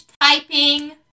typing